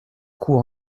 coup